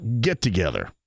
get-together